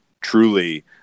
truly